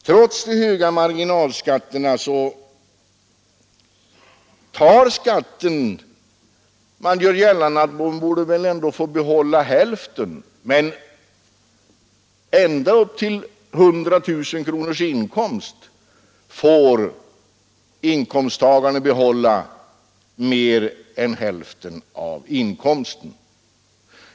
Trots de höga marginalskatterna man gör gällande att människorna ändå borde få behålla hälften — får inkomsttagare med ända upp till 100 000 kronors inkomst behålla mer än hälften av inkomsten.